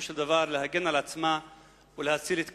של דבר להגן על עצמה ולהציל את כבודה,